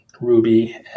Ruby